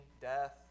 death